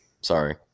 Sorry